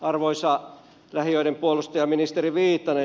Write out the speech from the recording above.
arvoisa lähiöiden puolustaja ministeri viitanen